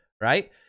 right